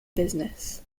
business